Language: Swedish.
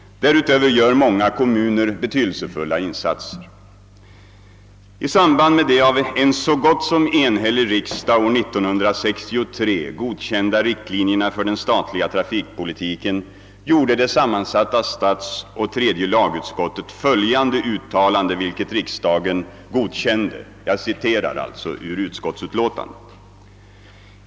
Därutöver gör många kommuner betydelsefulla insatser. I samband med de av en så gott som enhällig riksdag år 1963 godkända riktlinjerna för den statliga trafikpolitiken gjorde det sammansatta statsoch tredje lagutskottet följande uttalande, vilket också riksdagen godkände.